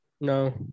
No